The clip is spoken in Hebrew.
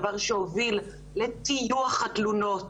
דבר שהוביל לטיוח התלונות